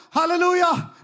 hallelujah